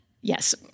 Yes